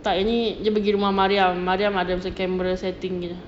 tak ini dia pergi rumah mariam mariam ada macam camera setting punya